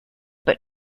but